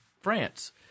France